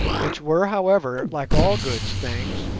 which were however, like all good's things,